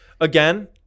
Again